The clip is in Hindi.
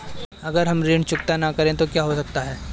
अगर हम ऋण चुकता न करें तो क्या हो सकता है?